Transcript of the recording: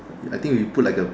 I think we put like a